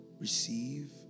receive